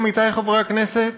עמיתי חברי הכנסת,